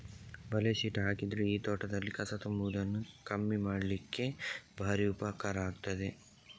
ಬಲೆ ಶೀಟ್ ಹಾಕಿದ್ರೆ ಈ ತೋಟದಲ್ಲಿ ಕಸ ತುಂಬುವುದನ್ನ ಕಮ್ಮಿ ಮಾಡ್ಲಿಕ್ಕೆ ಭಾರಿ ಉಪಕಾರ ಆಗ್ತದೆ